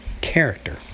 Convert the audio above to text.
character